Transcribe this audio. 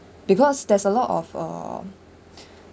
because there's a lot of uh